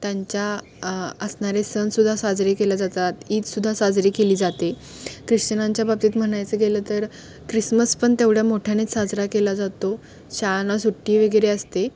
त्यांच्या असणारे सण सुद्धा साजरे केले जातात ईद सुद्धा साजरी केली जाते ख्रिश्चनांच्या बाबतीत म्हणायचं गेलं तर ख्रिसमस पण तेवढ्या मोठ्यानेच साजरा केला जातो शाळांना सुट्टी वगैरे असते